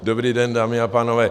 Dobrý den, dámy a pánové.